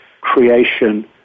creation